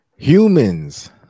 Humans